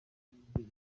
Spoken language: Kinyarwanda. umunyamideli